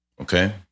Okay